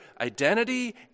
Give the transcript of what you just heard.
identity